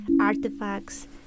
artifacts